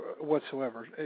whatsoever